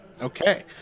Okay